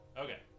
Okay